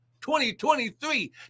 2023